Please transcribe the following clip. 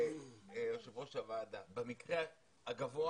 יושב ראש הוועדה, במקרה הגבוה